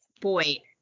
Boy